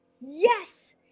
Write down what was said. Yes